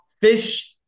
fish-